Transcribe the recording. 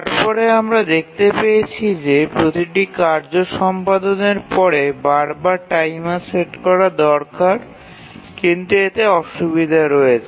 তারপরে আমরা দেখতে পেয়েছি যে প্রতিটি কার্য সম্পাদনের পরে বার বার টাইমার সেট করা দরকার কিন্তু এতে অসুবিধে রয়েছে